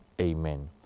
Amen